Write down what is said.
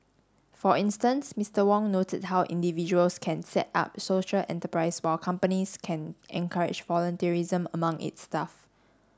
for instance Mister Wong noted how individuals can set up social enterprises while companies can encourage among its staff